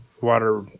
water